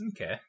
Okay